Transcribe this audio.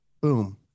boom